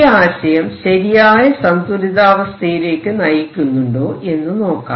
ഈ ആശയം ശരിയായ സന്തുലിതാവസ്ഥയിലേക്ക് നയിക്കുന്നുണ്ടോ എന്ന് നോക്കാം